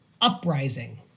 uprising